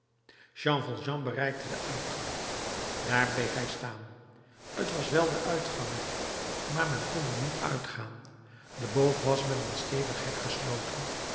jean valjean bereikte den uitgang daar bleef hij staan t was wel de uitgang maar men kon er niet uitgaan de boog was met een stevig hek gesloten